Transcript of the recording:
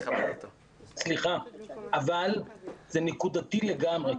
אבל זה נקודתי לגמרי,